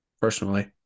personally